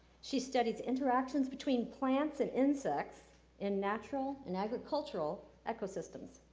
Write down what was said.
she studies interactions between plants and insects in natural and agricultural ecosystems.